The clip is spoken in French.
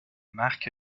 marc